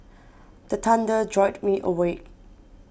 the thunder jolt me awake